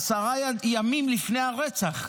עשרה ימים לפני הרצח.